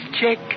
check